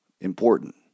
important